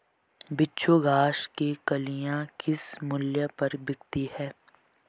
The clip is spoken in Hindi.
बिच्छू घास की कलियां किस मूल्य पर बिकती हैं?